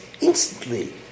instantly